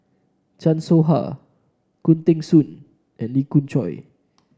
Chan Soh Ha Khoo Teng Soon and Lee Khoon Choy